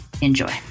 Enjoy